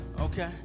Okay